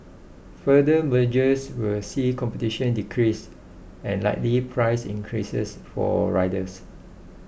further mergers will see competition decrease and likely price increases for riders